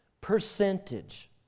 Percentage